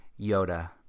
yoda